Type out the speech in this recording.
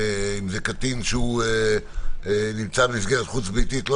אם זה קטין, לא נמצא שם סתם,